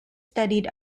studied